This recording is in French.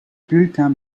bulletins